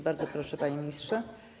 Bardzo proszę, panie ministrze.